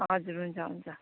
हजुर हुन्छ हुन्छ